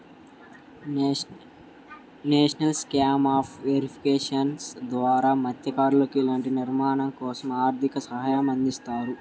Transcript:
national scheme of welfare of fishermen ద్వారా మత్స్యకారులకు ఇంటి నిర్మాణం కోసం ఆర్థిక సహాయం అందిస్తారు